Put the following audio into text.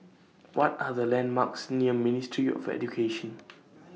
What Are The landmarks near Ministry of Education